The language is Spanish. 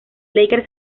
lakers